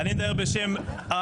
אני ממשיך.